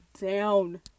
down